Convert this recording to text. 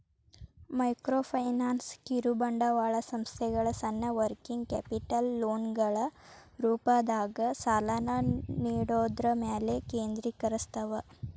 microfinance ಕಿರುಬಂಡವಾಳ ಸಂಸ್ಥೆಗಳ ಸಣ್ಣ ವರ್ಕಿಂಗ್ ಕ್ಯಾಪಿಟಲ್ ಲೋನ್ಗಳ ರೂಪದಾಗ ಸಾಲನ ನೇಡೋದ್ರ ಮ್ಯಾಲೆ ಕೇಂದ್ರೇಕರಸ್ತವ